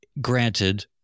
Granted